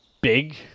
big